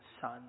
son